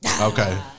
Okay